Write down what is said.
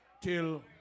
till